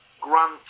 Grant